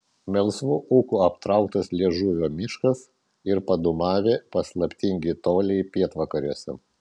melsvu ūku aptrauktas liežuvio miškas ir padūmavę paslaptingi toliai pietvakariuose